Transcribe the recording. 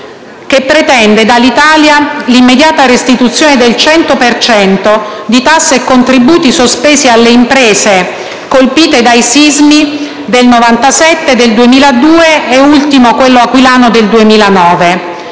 che pretende dall'Italia l'immediata restituzione del 100 per cento di tasse e contributi sospesi alle imprese colpite dai sismi del 1997, del 2002 e, in ultimo, da quello aquilano del 2009,